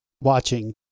watching